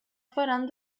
faran